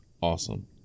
awesome